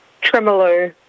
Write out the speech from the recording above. tremolo